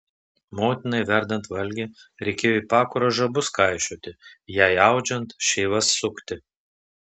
motinai verdant valgį reikėjo į pakurą žabus kaišioti jai audžiant šeivas sukti